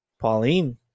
Pauline